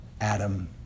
Adam